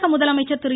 தமிழக முதலமைச்சர் திரு